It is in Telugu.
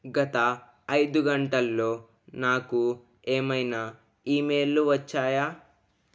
గత ఐదు గంటల్లో నాకు ఏమైనా ఇమెయిల్లు వచ్చాయా